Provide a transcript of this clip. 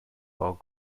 are